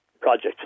project